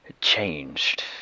changed